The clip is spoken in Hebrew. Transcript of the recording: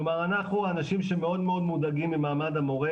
כלומר אנחנו האנשים שמאוד מאוד מודאגים ממעמד המורה